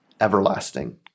everlasting